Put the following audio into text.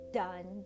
done